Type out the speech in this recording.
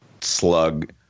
slug